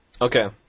Okay